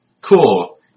cool